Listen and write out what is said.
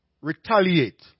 retaliate